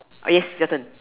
oh yes your turn